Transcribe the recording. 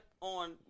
on